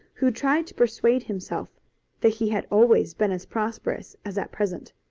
who tried to persuade himself that he had always been as prosperous as at present.